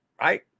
Right